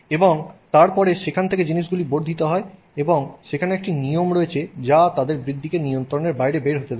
এবং তারপরে সেখান থেকে জিনিসগুলি বর্ধিত হয় এবং সেখানে একটি নিয়ম রয়েছে যা তাদের বৃদ্ধিকে নিয়ন্ত্রণের বাইরে বের হতে দেয় না